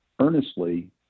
earnestly